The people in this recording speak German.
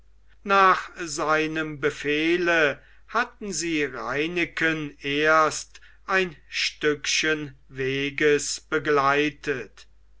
nach seinem befehle hatten sie reineken erst ein stückchen weges begleitet